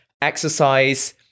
exercise